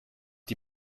die